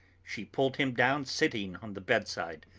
she pulled him down sitting on the bed side,